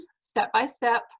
step-by-step